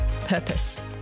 purpose